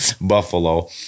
buffalo